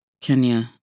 Kenya